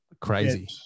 crazy